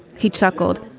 he chuckled.